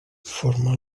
forma